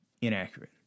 inaccurate